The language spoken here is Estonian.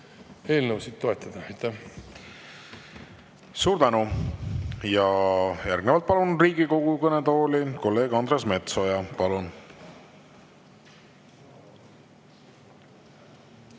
eelnõusid toetada. Aitäh! Suur tänu! Järgnevalt palun Riigikogu kõnetooli kolleeg Andres Metsoja. Palun!